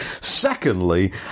Secondly